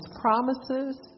promises